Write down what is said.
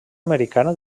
americana